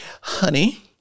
honey